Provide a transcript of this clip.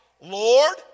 Lord